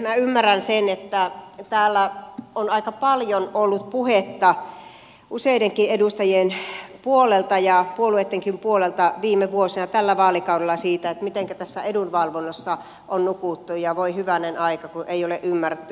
minä ymmärrän sen että täällä on aika paljon ollut puhetta useidenkin edustajien puolelta ja puolueittenkin puolelta viime vuosina tällä vaalikaudella siitä mitenkä tässä edunvalvonnassa on nukuttu ja voi hyvänen aika kun ei ole ymmärretty